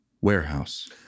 warehouse